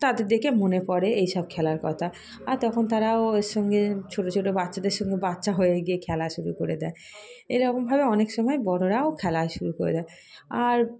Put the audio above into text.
তাদের দেকে মনে পড়ে এইসব খেলার কথা আর তখন তারাও এর সঙ্গে ছোটো ছোটো বাচ্চাদের সঙ্গে বাচ্চা হয়ে গিয়ে খেলা শুরু করে দেয় এরকমভাবে অনেক সময় বড়োরাও খেলা শুরু করে দেয় আর